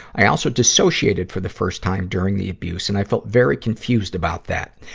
i also dissociated for the first time during the abuse, and i felt very confused about that.